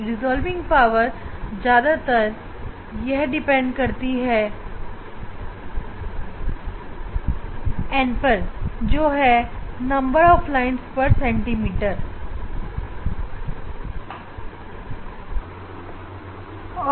resolving power ज्यादातर m यानी कि नंबर ऑफ लाइन पर सेंटीमीटर पर निर्भर करती है